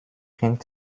hängt